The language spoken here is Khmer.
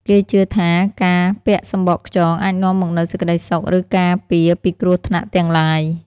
គេជឿថាការពាក់សំបកខ្យងអាចនាំមកនូវសេចក្តីសុខ ឬការពារពីគ្រោះថ្នាក់ទាំងឡាយ។